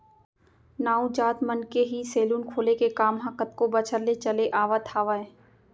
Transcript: नाऊ जात मन के ही सेलून खोले के काम ह कतको बछर ले चले आवत हावय